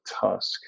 tusk